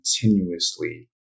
continuously